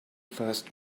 first